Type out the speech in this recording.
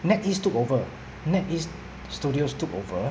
netease took over netease studios took over